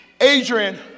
Adrian